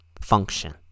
function